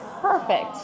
Perfect